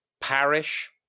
parish